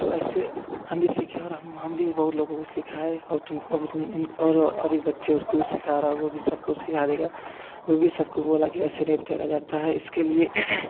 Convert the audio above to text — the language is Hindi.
तो ऐसे हम भी सीखे हम हम भी बहुत लोगों को सीखाए और तुमको अब और एक बच्चे उसको सीख रहा है वो भी सबको सिखा देगा वो भी सबको बोला कि ऐसे नहीं तैरा जाता है इसके लिए